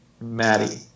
Maddie